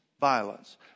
violence